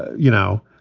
you know,